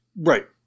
Right